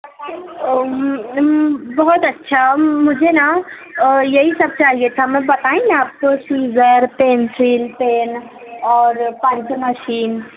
بہت اچھا مجھے نہ یہی سب چاہئے تھا میں بتائی نہ آپ کو سیزر پینسل پین اور پنچ مشین